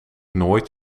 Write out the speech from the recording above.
nooit